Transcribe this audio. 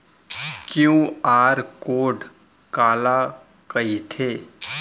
QR code काला कहिथे?